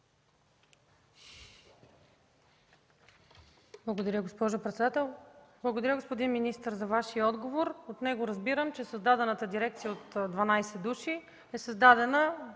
Благодаря, госпожо председател. Благодаря, господин министър, за Вашия отговор. От него разбирам, че дирекцията от 12 души е създадена